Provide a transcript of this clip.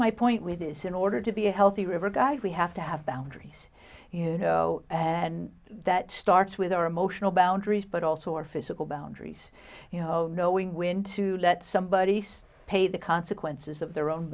my point with this in order to be a healthy river guys we have to have boundaries you know and that starts with our emotional boundaries but also our physical boundaries you know knowing when to let somebody else pay the consequences of their own